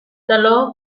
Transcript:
alors